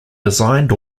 designed